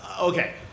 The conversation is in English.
Okay